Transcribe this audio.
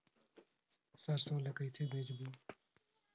सरसो ला कइसे बेचबो?